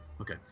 Okay